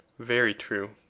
very true.